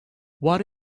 what